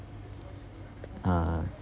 uh